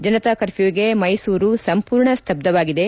ಜನತಾ ಕರ್ಫ್ಯೂಗೆ ಮೈಸೂರು ಸಂಪೂರ್ಣ ಸ್ತಬ್ದವಾಗಿದೆ